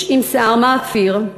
איש עם שער מאפיר,